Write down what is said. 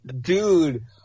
dude